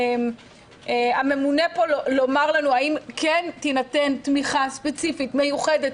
הממונה לומר האם כן תינתן תמיכה ספציפית מיוחדת